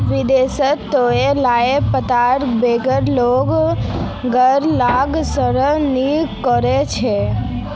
विदेशत सलादेर पत्तार बगैर लोग लार नाश्ता नि कोर छे